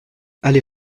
allée